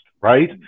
right